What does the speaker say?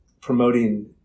promoting